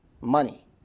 money